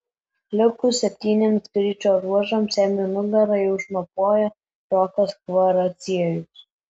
likus septyniems greičio ruožams jam į nugarą jau šnopuoja rokas kvaraciejus